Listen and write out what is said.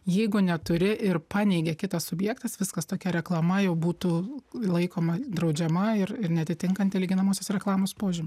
jeigu neturi ir paneigė kitas subjektas viskas tokia reklama jau būtų laikoma draudžiama ir ir neatitinkanti lyginamosios reklamos požymių